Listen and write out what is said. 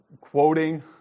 quoting